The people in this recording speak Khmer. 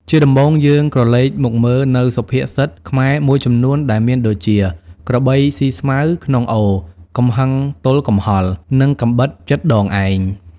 ជាដំបូងយើងក្រឡេកមកមើលនៅសុភាសិតខ្មែរមួយចំនួនដែលមានដូចជា ក្របីស៊ីស្មៅក្នុងអូរ កំហឹងទល់កំហល់ និងកាំបិតជិតដងឯង។